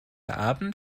abend